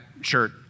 shirt